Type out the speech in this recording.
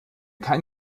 kein